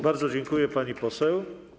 Bardzo dziękuję, pani poseł.